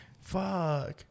Fuck